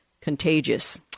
contagious